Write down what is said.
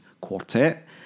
quartet